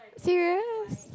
serious